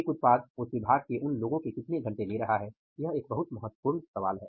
एक उत्पाद उस विभाग के उन लोगों के कितने घंटे ले रहा हैं यह एक बहुत महत्वपूर्ण सवाल है